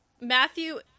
Matthew